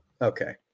okay